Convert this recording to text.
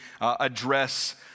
address